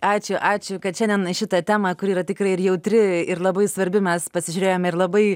ačiū ačiū kad šiandien į šitą temą kuri yra tikrai ir jautri ir labai svarbi mes pasižiūrėjome ir labai